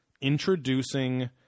introducing